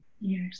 Yes